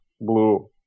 blue